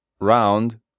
round